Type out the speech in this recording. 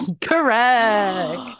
correct